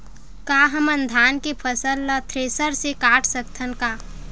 का हमन धान के फसल ला थ्रेसर से काट सकथन का?